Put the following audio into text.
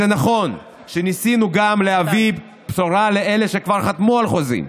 זה נכון שניסינו גם להביא בשורה לאלה שכבר חתמו על חוזים,